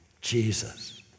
Jesus